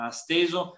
steso